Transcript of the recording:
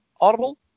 audible